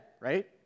Right